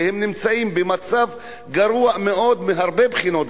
והם נמצאים במצב גרוע מאוד מהרבה בחינות,